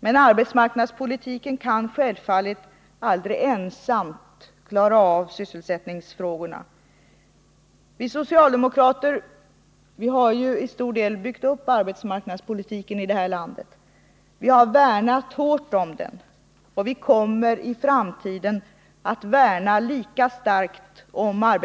Men arbetsmarknadspolitiken kan självfallet aldrig ensam klara sysselsättningfrågorna. Vi socialdemokrater har till stor del byggt upp arbetsmarknads politiken i det här landet. Vi har starkt värnat om den, och vi kommer i framtiden att värna lika starkt om